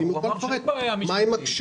מה הם הקשיים?